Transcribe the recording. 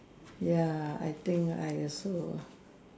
ya I think I also